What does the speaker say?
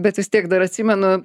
bet vis tiek dar atsimenu